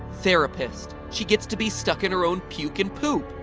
therapist she gets to be stuck in her own puke and poop!